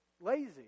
lazy